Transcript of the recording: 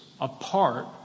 apart